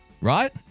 right